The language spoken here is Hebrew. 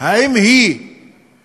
האם היא באמת